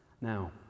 Now